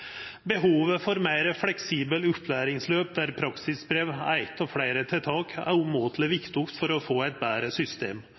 Behovet for meir fleksible opplæringsløp, der praksisbrev er eit av fleire tiltak, er umåteleg